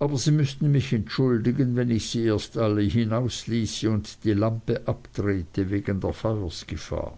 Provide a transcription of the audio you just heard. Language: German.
aber sie müßten mich entschuldigen wenn ich sie erst alle hinausließe und die lampe abdrehte wegen der feuersgefahr